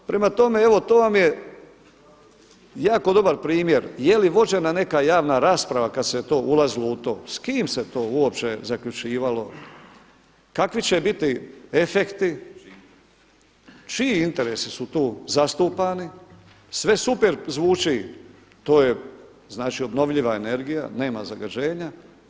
Prema tome, evo to vam je jako dobar primjer je li vođena neka javna rasprava kada se to ulazilo u to, s kime se to uopće zaključivalo, kakvi će biti efekti, čiji interesi su tu zastupani, sve super zvuči, to je znači obnovljiva energija, nema zagađenja.